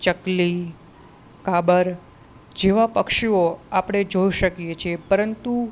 ચકલી કાબર જેવાં પક્ષીઓ આપણે જોઈ શકીએ છીએ પરંતુ